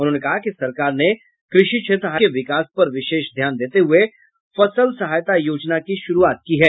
उन्होंने कहा कि सरकार ने कृषि क्षेत्र के विकास पर विशेष ध्यान देते हुये फसल सहायता योजना की शुरूआत की है